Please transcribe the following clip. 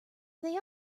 they